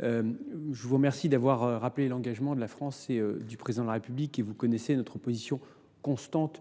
je vous remercie d’avoir rappelé l’engagement de la France et du Président de la République. Vous connaissez notre position constante